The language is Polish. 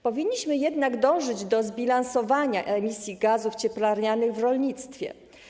Powinniśmy jednak dążyć do zbilansowania emisji gazów cieplarnianych w rolnictwie.